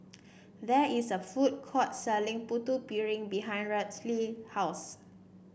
there is a food court selling Putu Piring behind Raelynn's house